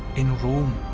in rome.